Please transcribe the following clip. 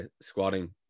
squatting